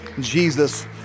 Jesus